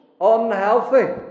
unhealthy